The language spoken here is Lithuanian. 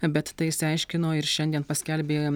bet tai išsiaiškino ir šiandien paskelbė